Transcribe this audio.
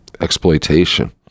exploitation